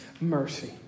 mercy